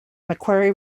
macquarie